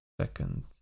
second